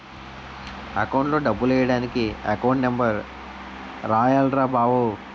అకౌంట్లో డబ్బులెయ్యడానికి account number రాయాల్రా బావో